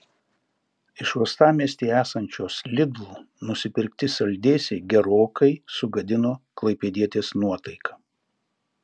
iš uostamiestyje esančios lidl nusipirkti saldėsiai gerokai sugadino klaipėdietės nuotaiką